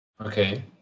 Okay